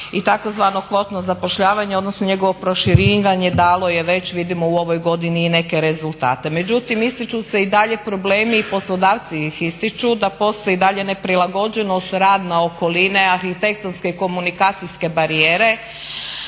i tzv. kvotno zapošljavanje odnosno njegovo proširivanje dalo je već vidimo u ovoj godini i neke rezultate. Međutim ističu se i dalje problemi, poslodavci ih ističu da postoji i dalje neprilagođenost radne okoline, arhitektonske i komunikacijske barijere.